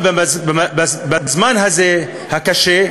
גם בזמן הקשה הזה,